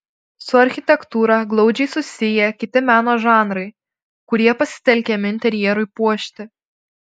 su architektūra glaudžiai susiję kiti meno žanrai kurie pasitelkiami interjerui puošti